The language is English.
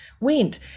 went